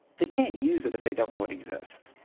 they can't use it if they don't know it exist.